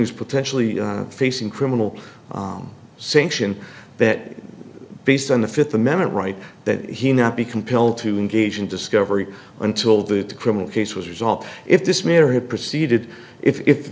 is potentially facing criminal sanction that based on the fifth amendment right that he not be compelled to engage in discovery until the criminal case was resolved if this matter had proceeded if